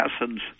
acids